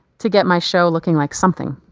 to get my show looking like something.